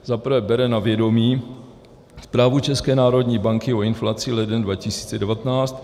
za prvé bere na vědomí Zprávu České národní banky o inflaci leden 2019 ;